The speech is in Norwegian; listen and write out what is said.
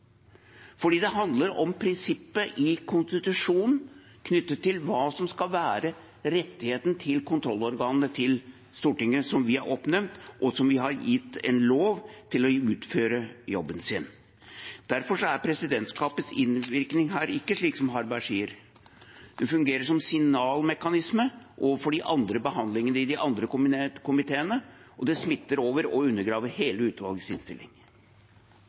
fordi det handler om prinsippet i konstitusjonen knyttet til hva som skal være rettigheten til kontrollorganene til Stortinget, som vi har oppnevnt, og som vi har gitt en lov til å utføre jobben sin. Derfor er presidentskapets innvirkning her ikke slik som Harberg sier. Den fungerer som signalmekanisme overfor de andre behandlingene i de andre komiteene, og det smitter over og undergraver hele utvalgets innstilling.